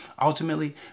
Ultimately